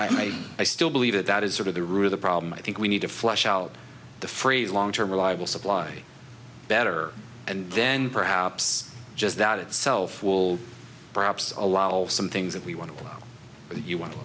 i still believe that that is sort of the root of the problem i think we need to flush out the phrase long term reliable supply better and then perhaps just that itself will perhaps a lot of some things that we want to but you want to